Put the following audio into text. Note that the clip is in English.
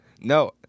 No